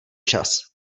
čas